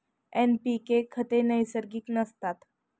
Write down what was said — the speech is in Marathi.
एन.पी.के खते नैसर्गिक नसतात